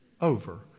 over